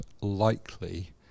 likely